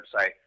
website